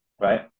right